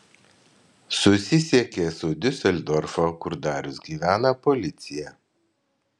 susisiekė su diuseldorfo kur darius gyvena policija